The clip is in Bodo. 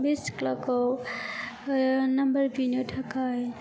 बे सिख्लाखौ नाम्बार बिनो थाखाय